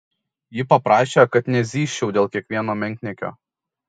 ji paprašė kad nezyzčiau dėl kiekvieno menkniekio